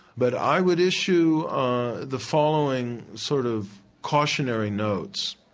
but i would issue the following sort of cautionary notes.